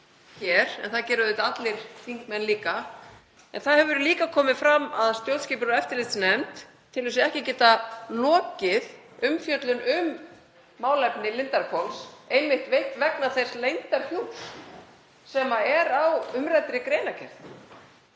hér, en það gera auðvitað allir þingmenn líka. En það hefur líka komið fram að stjórnskipunar- og eftirlitsnefnd telur sig ekki geta lokið umfjöllun um málefni Lindarhvols einmitt vegna þess leyndarhjúps sem er yfir umræddri greinargerð.